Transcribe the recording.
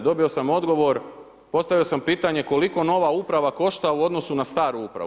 Dobio sam odgovor, postavio sam pitanje koliko nova uprava košta u odnosu na staru upravu?